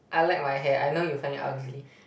I like my hair I know you find it ugly